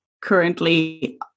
currently